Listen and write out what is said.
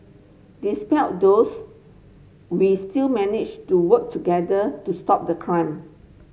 despite those we still managed to work together to stop the crime